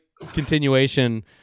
continuation